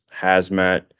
hazmat